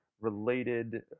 related